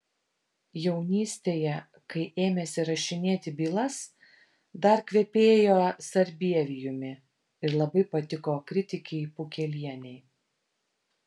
jaunystėje kai ėmėsi rašinėti bylas dar kvepėjo sarbievijumi ir labai patiko kritikei pukelienei